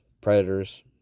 predators